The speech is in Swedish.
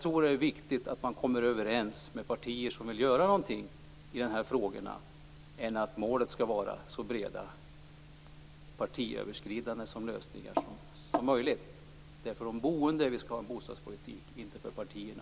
Det är viktigare att man kommer överens med partier som vill åstadkomma någonting i den här frågan än att målet skall vara så breda partiöverskridande lösningar som möjligt. Det är för de boende som vi skall ha en bostadspolitik, inte för partierna.